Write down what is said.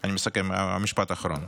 אני מסכם, משפט אחרון.